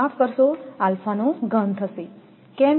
કેમ